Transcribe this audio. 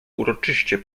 uroczyście